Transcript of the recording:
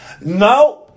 No